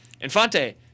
Infante